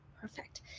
Perfect